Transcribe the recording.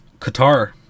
Qatar